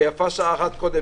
ויפה שעה אחת קודם.